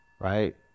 right